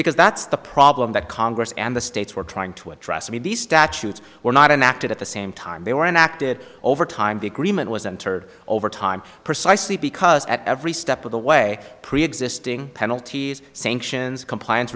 because that's the problem that congress and the states were trying to address some of these statutes were not enacted at the same time they were enacted over time the agreement was entered overtime precisely because at every step of the way preexisting penalties sanctions compliance